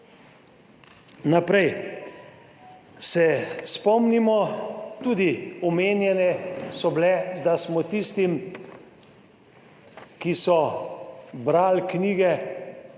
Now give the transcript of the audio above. Naprej. Se spomnimo, tudi omenjene so bile, da smo tistim, ki so brali knjige,